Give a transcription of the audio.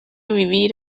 vivir